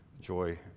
joy